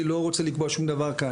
אני לא רוצה לקבוע שום דבר כאן,